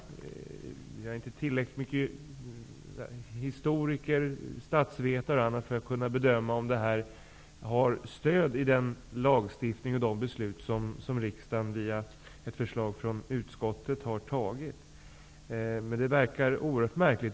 Jag är inte tillräckligt mycket historiker eller statsvetare för att kunna bedöma om det har stöd i den lagstiftning och de beslut som riksdagen via ett förslag från utskottet har fattat, men det verkar oerhört märkligt.